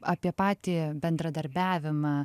apie patį bendradarbiavimą